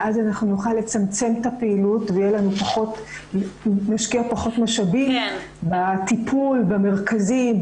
אז נוכל לצמצם את הפעילות ונשקיע פחות משאבים בטיפול במרכזים,